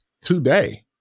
today